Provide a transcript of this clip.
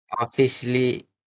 officially